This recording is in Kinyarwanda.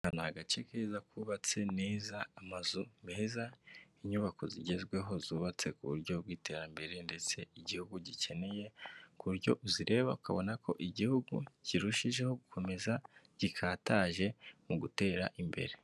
Ni agace keza kubatse neza amazu meza inyubako zigezweho zubatse ku buryo bw'iterambere ndetse igihugu gikeneye ku buryo uzireba ukabona ko igihugu kirushijeho gukomeza gikataje mu gutera imbere.